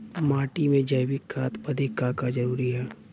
माटी में जैविक खाद बदे का का जरूरी ह?